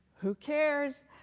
who cares?